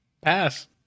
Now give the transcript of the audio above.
Pass